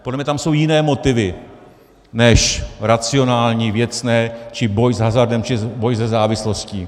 Podle mě tam jsou jiné motivy než racionální, věcné či boj s hazardem či boj se závislostí.